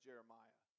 Jeremiah